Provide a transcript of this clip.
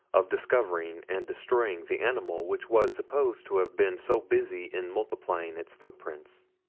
of discovering and destroying the animal which was supposed to have been so busy in multiplying its footprints.